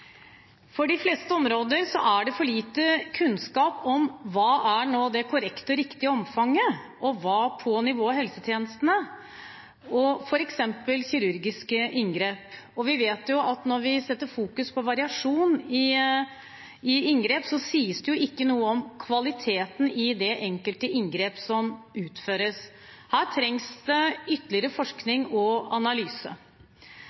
For de fleste områder er det for lite kunnskap om hva som er det korrekte og riktige omfanget og nivået på helsetjenestene, f.eks. når det gjelder kirurgiske inngrep. Vi vet at når vi fokuserer på variasjon i inngrep, sies det ikke noe om kvaliteten på det enkelte inngrepet som utføres. Her trengs det ytterligere